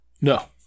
No